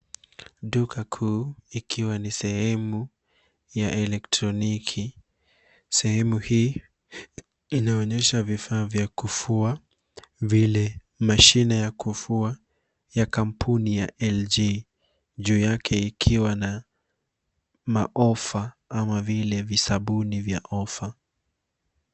Duka kuu ikiwa ni sehemu ya elektroniki. Sehemu hii inaonyesha vifaa vya kufua vile mashine ya kufua ya kampuni ya LG juu yake ikiwa na maofa ama vile visabuni vya ofa.